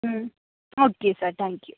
ഉം okay sir thank you